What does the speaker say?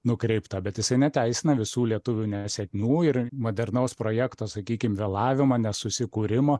nukreipta bet jisai neteisina visų lietuvių nesėkmių ir modernaus projekto sakykim vėlavimą nesusikūrimo